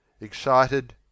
excited